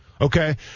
okay